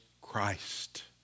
Christ